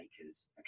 makers